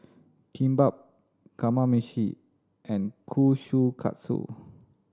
Kimbap Kamameshi and Kushikatsu